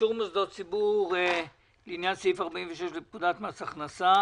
לאישור מוסדות ציבור לעניין סעיף 46 לפקודת מס הכנסה.